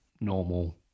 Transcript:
normal